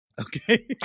Okay